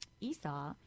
Esau